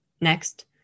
Next